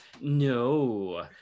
no